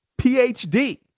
PhD